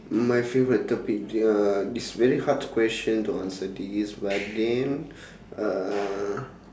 my favourite topic uh it's very hard question to answer this but then uh